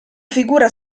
figura